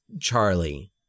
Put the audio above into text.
Charlie